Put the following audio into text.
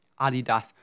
Adidas